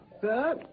Sir